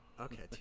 Okay